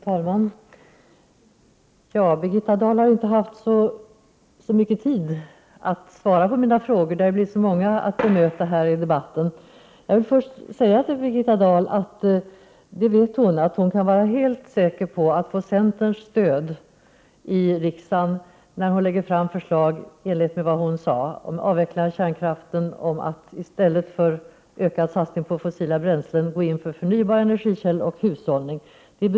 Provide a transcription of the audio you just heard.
Fru talman! Birgitta Dahl har inte haft mycket tid att svara på mina frågor. Hon har fått så många frågor i debatten att bemöta. Till att börja med vill jag säga att Birgitta Dahl kan vara helt säker på att få centerns stöd i riksdagen när hon lägger fram förslag i enlighet med vad hon sagt om en avveckling av kärnkraften, att i stället för en ökad satsning på fossila bränslen gå in för förnybara energikällor och hushållning. Det vet hon.